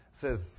says